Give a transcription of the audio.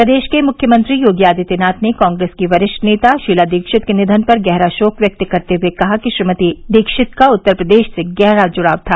प्रदेश के मुख्यमंत्री योगी आदित्यनाथ ने कांग्रेस की वरिष्ठ नेता श्रीला दीक्षित के निघन पर गहरा शोक व्यक्त करते हए कहा कि श्रीमती दीक्षित का उत्तर प्रदेश से गहरा जुड़ाव था